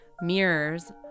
mirrors